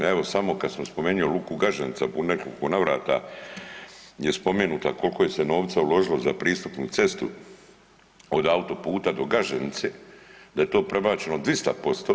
Evo samo kad sam spomenuo luku Gaženica, u nekoliko navrata je spomenuta koliko se novca uložilo za pristupnu cestu od autoputa do Gaženice, da je to prebačeno 200%